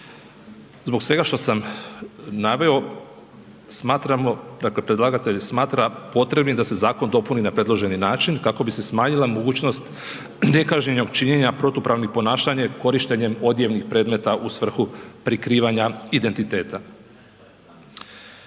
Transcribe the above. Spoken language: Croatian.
Zbog svega što sam naveo, smatramo dakle, predlagatelj smatra potrebnim da se zakon dopuni na predloženi način kako bi se smanjila mogućnost nekažnjenog činjenja protupravnih ponašanja korištenjem odjevnih predmeta u svrhu prikrivanja identiteta.